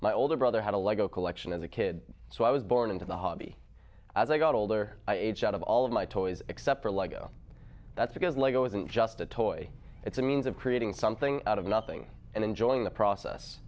my older brother had a lego collection as a kid so i was born into the hobby as i got older i age out of all of my toys except for lego that's because lego isn't just a toy it's a means of creating something out of nothing and enjoying the process